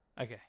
Okay